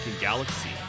galaxy